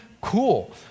cool